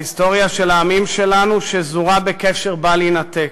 ההיסטוריה של העמים שלנו שזורה בקשר בל-יינתק,